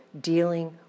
dealing